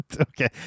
Okay